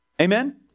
Amen